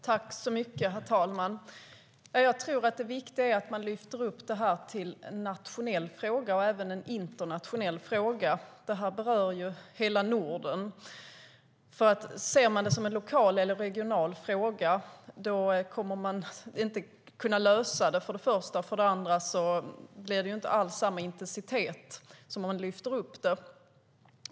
Herr talman! Jag tror att det viktiga är att man lyfter upp det här som en nationell fråga och även en internationell fråga. Det här berör hela Norden. Ser man det som en lokal eller en regional fråga kommer man för det första inte att kunna lösa detta. För det andra blir det inte alls samma intensitet som om man lyfter upp det.